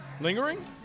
Lingering